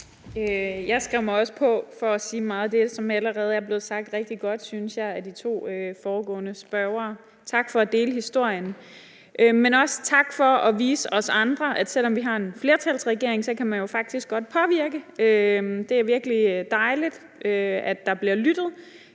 Jeg skrev mig også på spørgerlisten for at sige meget af det, som allerede er blevet sagt rigtig godt, synes jeg, af de to foregående spørgere. Tak for at dele historien, men også tak for at vise os andre, at selv om vi har en flertalsregering, kan man jo faktisk godt påvirke. Det er virkelig dejligt, at der bliver lyttet,